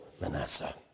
Manasseh